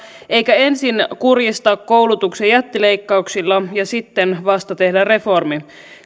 eikä niin että ensin kurjistetaan koulutusta jättileikkauksilla ja sitten vasta tehdään reformi